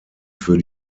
für